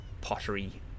pottery